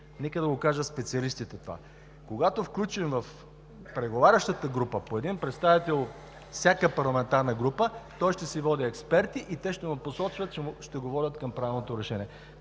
това да го кажат специалистите. Когато включим в преговарящата група по един представител от всяка парламентарна група, той ще си води експерти и те ще му посочват, ще го водят към правилното решение.